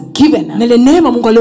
given